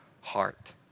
heart